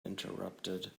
interrupted